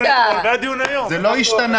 זה לא השתנה,